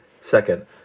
Second